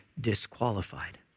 disqualified